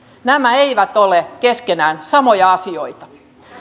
nämä eivät ole keskenään samoja asioita